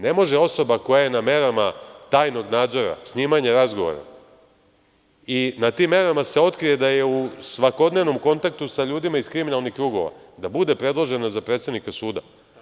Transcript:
Ne može osoba koja je na merama trajnog nadzora, snimanja razgovora i na tim merama se otkrije da je u svakodnevnom kontaktu sa ljudima iz kriminalnih krugova da bude predložena za predsednika suda.